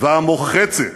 והמוחצת